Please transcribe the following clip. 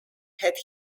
had